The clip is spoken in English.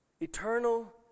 Eternal